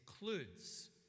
includes